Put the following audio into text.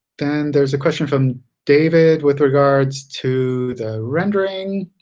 then there's a question from david with regards to the rendering.